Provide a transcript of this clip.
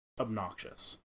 obnoxious